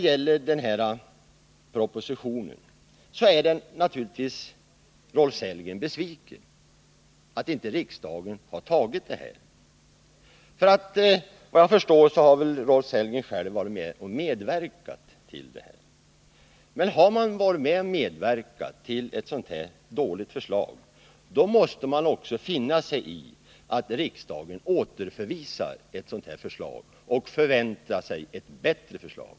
Rolf Sellgren är naturligtvis besviken över att riksdagen inte har godtagit propositionen. Efter vad jag förstår har Rolf Sellgren själv medverkat till den. Men har man medverkat till ett så här dåligt förslag, måste man väl också finna sig i att riksdagen återförvisar det och förväntar sig ett bättre förslag.